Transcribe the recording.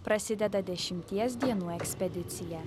prasideda dešimties dienų ekspedicija